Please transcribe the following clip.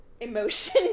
emotion